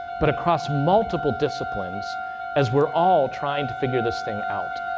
but across multiple disciplines as we're all trying to figure this thing out.